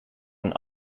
een